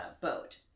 boat